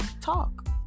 talk